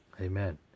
Amen